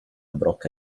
brocca